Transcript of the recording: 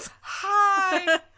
hi